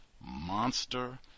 Monster